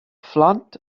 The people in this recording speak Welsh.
phlant